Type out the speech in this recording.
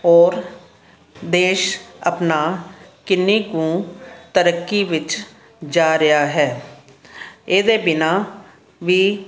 ਔਰ ਦੇਸ਼ ਆਪਣਾ ਕਿੰਨੀ ਕੁ ਤਰੱਕੀ ਵਿੱਚ ਜਾ ਰਿਹਾ ਹੈ ਇਹਦੇ ਬਿਨਾਂ ਵੀ